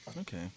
Okay